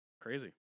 Crazy